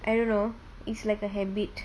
I don't know it's like a habit